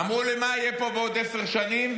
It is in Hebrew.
אמרו לי: מה יהיה פה בעוד עשר שנים?